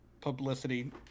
publicity